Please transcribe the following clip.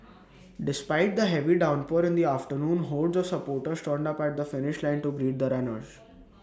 despite the heavy downpour in the afternoon hordes of supporters turned up at the finish line to greet the runners